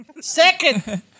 second